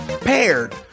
Paired